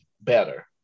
better